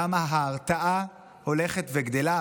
למה ההרתעה הולכת וגדלה,